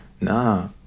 Nah